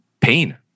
pain